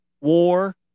War